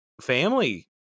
family